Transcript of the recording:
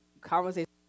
conversation